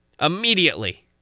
immediately